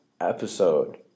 episode